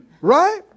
Right